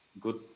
good